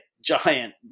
giant